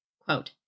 Quote